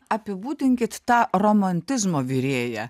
apibūdinkit tą romantizmo virėją